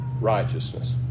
righteousness